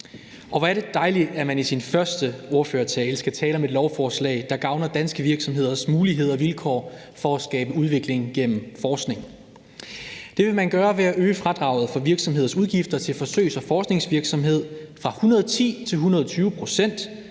Hvor er det dejligt, at man i sin første ordførertale skal tale om et lovforslag, der gavner danske virksomheders muligheder og vilkår i forhold til at skabe udvikling gennem forskning. Det vil man gøre ved at øge fradraget for virksomheders udgifter til forsøgs- og forskningsvirksomhed fra 110 til 120 pct.